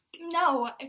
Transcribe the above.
No